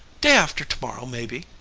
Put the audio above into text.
day after to-morrow maybe,